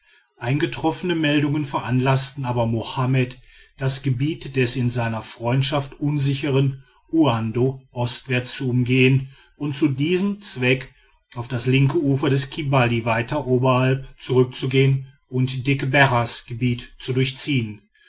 eingetroffene meldungen veranlaßten aber mohammed das gebiet des in seiner freundschaft unsicheren uando ostwärts zu umgehen und zu diesem zweck auf das linke ufer des kibali weiter oberhalb zurückzugehen und degberras gebiet zu durchziehen